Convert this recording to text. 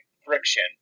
Friction